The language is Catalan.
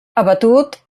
abatut